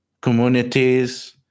communities